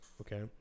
okay